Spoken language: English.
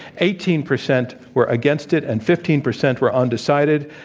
eighteen percent were against it, and fifteen percent were undecided.